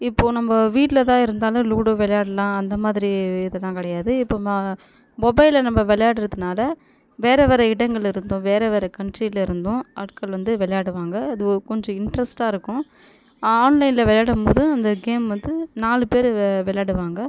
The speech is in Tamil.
இப்போது நம்ம வீட்டில் தான் இருந்தாலும் லூடோ விளையாடுலாம் அந்த மாதிரி இது தான் கிடையாது இப்போது ம மொபைலில் நம்ம விளையாடுறதுனால வேற வேற இடங்களில் இருந்தும் வேற வேற கன்ட்ரில் இருந்தும் ஆட்கள் வந்து விளையாடுவாங்க இது கொஞ்சோம் இண்ட்ரெஸ்ட்டாயிருக்கும் ஆன்லைனில் விளையாடும்போது அந்த கேம் வந்து நாலு பேர் விளையாடுவாங்க